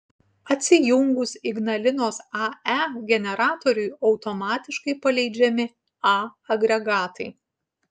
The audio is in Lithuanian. atsijungus ignalinos ae generatoriui automatiškai paleidžiami a agregatai